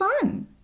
fun